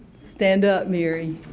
stand up mary.